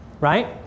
Right